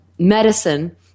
medicine